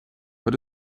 what